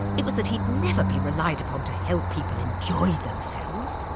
it was that he'd never be relied upon to help people enjoy themselves.